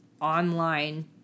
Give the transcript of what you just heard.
online